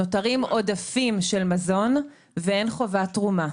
נותרים עודפים של מזון, ואין חובת תרומה.